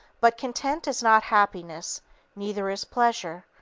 but content is not happiness neither is pleasure.